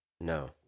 no